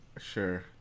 Sure